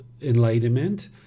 enlightenment